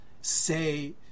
say